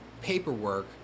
paperwork